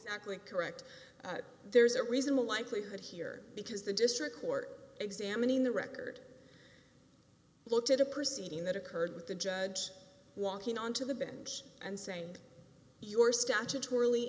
exactly correct but there's a reasonable likelihood here because the district court examining the record looked at a perceiving that occurred with the judge walking onto the bench and saying your statutor